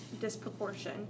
disproportion